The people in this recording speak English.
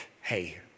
hey